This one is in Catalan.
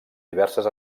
diverses